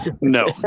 no